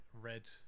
red